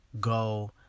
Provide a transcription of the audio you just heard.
go